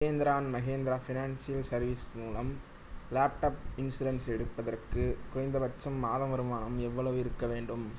Mahindra and Mahindra financial service மூலம் laptop insurance எடுப்பதற்கு குறைந்தபட்ச மாத வருமானம் எவ்வளவு இருக்க வேண்டும்